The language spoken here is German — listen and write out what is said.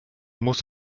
muss